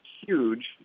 huge